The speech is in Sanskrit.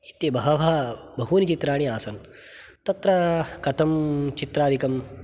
इति बहवः बहूनि चित्राणि आसन् तत्र कथं चित्रादिकं